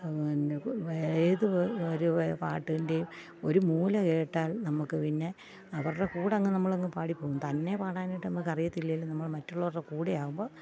പിന്നെ ഏത് ഒരു പാട്ടിൻ്റെയും ഒരു മൂല കേട്ടാൽ നമുക്ക് പിന്നെ അവരുടെ കൂടങ്ങ് നമ്മളങ്ങ് പാടിപ്പോകും തന്നെ പാടാനായിട്ടു നമുക്കറിയത്തില്ലെങ്കിലും നമ്മൾ മറ്റുള്ളവരുടെ കൂടെ ആകുമ്പോൾ